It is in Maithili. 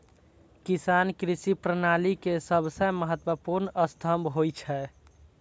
किसान कृषि प्रणाली के सबसं महत्वपूर्ण स्तंभ होइ छै